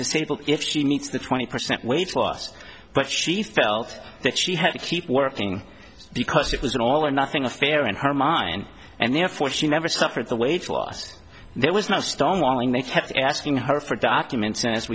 disabled if she needs the twenty percent weight loss but she felt that she had to keep working because it was an all or nothing affair in her mind and therefore she never suffered the way it was there was no stonewalling they kept asking her for documents a